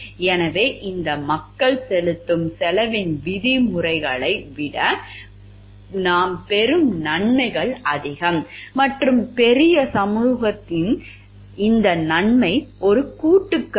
எனவே இந்த மக்கள் செலுத்தும் செலவின் விதிமுறைகளை விட நாம் பெறும் நன்மைகள் அதிகம் மற்றும் பெரிய சமூகத்திற்கான இந்த நன்மை கூட்டுக் கருத்து